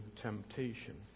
temptation